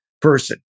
person